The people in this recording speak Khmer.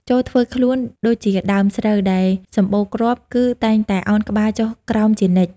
ចូរធ្វើខ្លួនដូចជាដើមស្រូវដែលសម្បូរគ្រាប់ គឺតែងតែឱនក្បាលចុះក្រោមជានិច្ច។